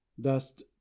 dust